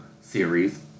series